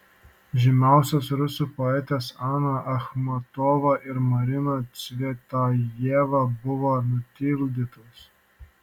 žymiausios rusų poetės ana achmatova ir marina cvetajeva buvo nutildytos